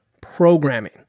programming